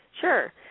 Sure